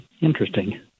interesting